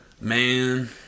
Man